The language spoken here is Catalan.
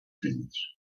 fills